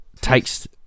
takes